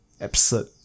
absurd